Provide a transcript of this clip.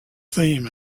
theme